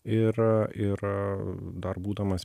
ir ir dar būdamas